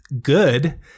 good